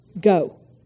go